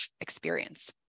experience